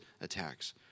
attacks